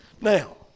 Now